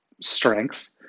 strengths